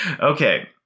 Okay